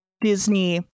Disney